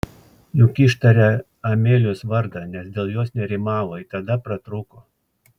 juk ištarė amelijos vardą nes dėl jos nerimavo ir tada pratrūko